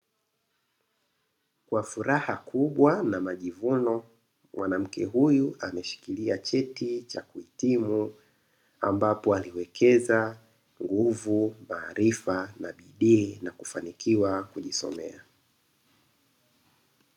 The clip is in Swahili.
Kwa furaha kubwa na majivuno, mwanamke huyu ameshikilia cheti cha kuhitimu ambapo aliwekeza nguvu, maarifa na bidii na kufanikiwa kujisomea.